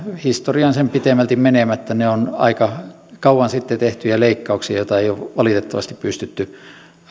historiaan sen pitemmälti menemättä ne ovat aika kauan sitten tehtyjä leikkauksia joita ei ole valitettavasti pystytty